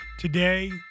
Today